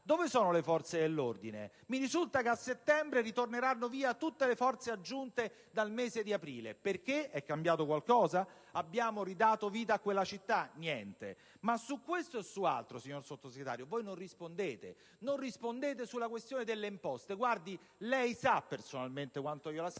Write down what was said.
Dove sono le forze dell'ordine? Mi risulta che a settembre verranno via tutte le forze aggiunte dal mese di aprile: perché, è cambiato qualcosa? Abbiamo ridato vita a quella città? Niente. Su questo e su altro, signor Sottosegretario, voi non rispondete. Non rispondete sulla questione delle imposte. Lei sa personalmente quanto io la stimi,